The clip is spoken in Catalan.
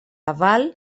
aval